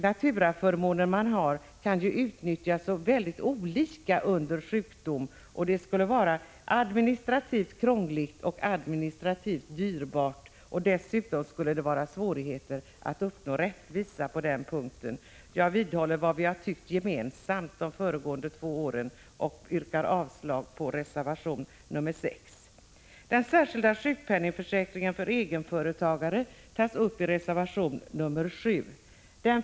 Naturaförmånerna kan ju utnyttjas så olika under sjukdom, och det skulle bli både dyrbart och administrativt krångligt att försöka uppnå rättvisa på den här punkten. Prot. 1985/86:131 Jag står fast vid vår gemensamma uppfattning under de två senaste åren 29 april 1986 och yrkar avslag på reservation 6. Frågan om den särskilda sjukpenningförsäkringen för egenföretagare tas upp i reservation 7.